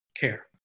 care